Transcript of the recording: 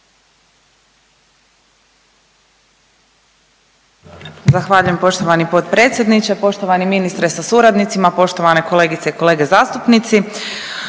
Zahvaljujem poštovani potpredsjedniče. Poštovani ministre sa suradnicima, poštovane kolegice i kolege zastupnici,